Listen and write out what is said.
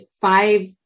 five